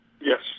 Yes